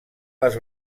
les